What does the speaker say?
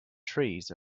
trees